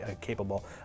capable